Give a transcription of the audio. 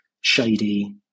shady